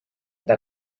eta